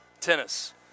tennis